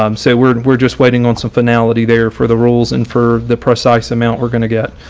um say we're we're just waiting on some finality there for the rules and for the precise amount we're going to get.